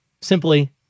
simply